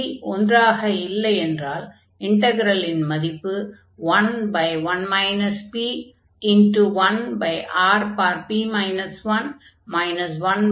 p≠1 ஆக இருந்தால் இன்டக்ரலின் மதிப்பு 11 p1Rp 1 1ap 1ஆகும்